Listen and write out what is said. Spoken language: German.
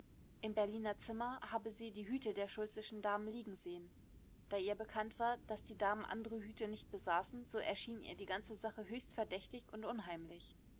im berliner zimmer habe sie die hüte der schultzeschen damen liegen sehen da ihr bekannt war daß die damen andere hüte nicht besaßen so erschien ihr die ganze sache höchst verdächtig und unheimlich